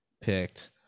picked